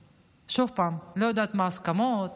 שוב, אני לא יודעת מה ההסכמות,